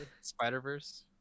Spider-Verse